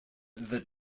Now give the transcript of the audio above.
that